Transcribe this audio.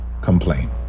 complain